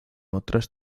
otras